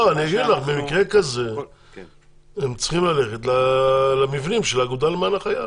במקרה כזה הם צריכים ללכת למבנים של האגודה למען החייל,